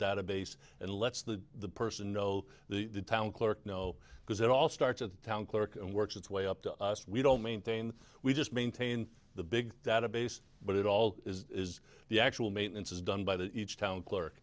database and lets the person know the town clerk no because it all starts at the town clerk and works its way up to us we don't maintain we just maintain the big database but it all is the actual maintenance is done by the each town clerk